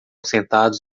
sentados